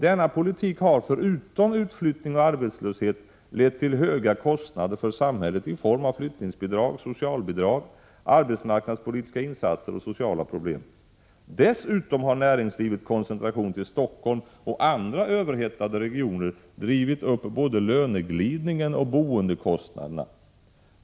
Denna politik har, förutom utflyttning och arbetslöshet, lett till höga kostnader för samhället i form av flyttningsbidrag, socialbidrag, arbetsmarknadspolitiska insatser och sociala problem. Dessutom har näringslivets koncentration till Stockholm och andra överhettade regioner drivit upp både löneglidningen och boendekostnaderna.